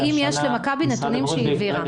האם יש למכבי נתונים שהיא העבירה?